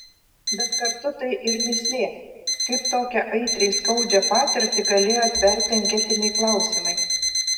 bet kartu tai ir mįslė kaip tokią aitriai skaudžią patirtį galėjo atverti anketiniai klausimai